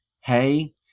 hey